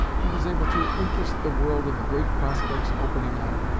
he was able to interest the world in the great prospects opening on it,